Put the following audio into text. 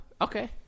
okay